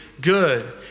good